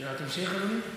שאלת המשך, אדוני?